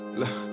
look